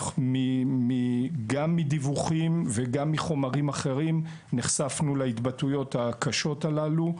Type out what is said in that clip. גם מדיווחים וגם מחומרים אחרים נחשפנו להתבטאויות הקשות הללו,